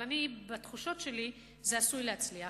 אבל בתחושות שלי זה עשוי להצליח.